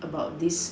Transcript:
about this